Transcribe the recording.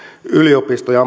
yliopisto ja